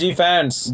fans